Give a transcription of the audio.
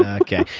okay.